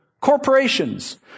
Corporations